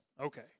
Okay